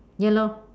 yellow